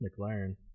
McLaren